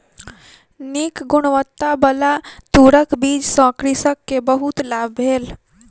नीक गुणवत्ताबला तूरक बीज सॅ कृषक के बहुत लाभ भेल